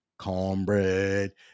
cornbread